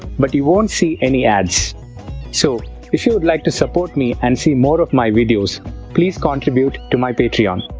but you won't see any ads so if you'd like to support me and see more of my videos please contribute to my patreon.